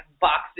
boxes